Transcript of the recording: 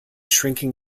shrinking